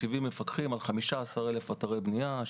בסך הכול 70 מפקחים על 15,000 אתרי בנייה,